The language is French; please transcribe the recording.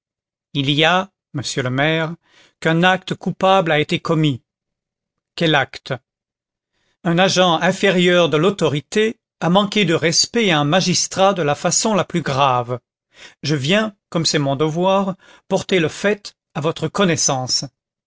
il y a monsieur le maire qu'un acte coupable a été commis quel acte un agent inférieur de l'autorité a manqué de respect à un magistrat de la façon la plus grave je viens comme c'est mon devoir porter le fait à votre connaissance